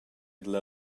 dalla